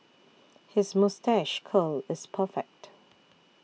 his moustache curl is perfect